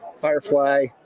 Firefly